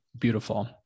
Beautiful